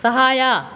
ಸಹಾಯ